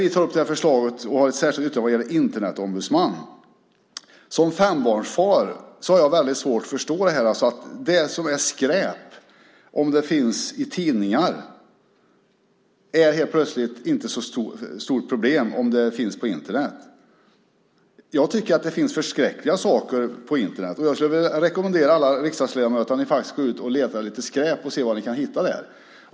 Vi tar upp ett förslag i ett särskilt yttrande om en Internetombudsman. Som fembarnsfar har jag väldigt svårt att förstå detta: Det som är skräp om det finns i tidningar är helt plötsligt inte ett så stort problem om det finns på Internet. Jag tycker att det finns förskräckliga saker på Internet. Jag skulle vilja rekommendera alla riksdagsledamöter att gå ut och leta lite skräp och se vad ni kan hitta där.